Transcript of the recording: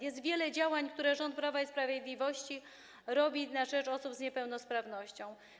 Jest wiele działań, które rząd Prawa i Sprawiedliwości podejmuje na rzecz osób z niepełnosprawnością.